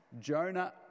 Jonah